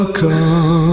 come